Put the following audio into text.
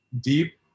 deep